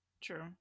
True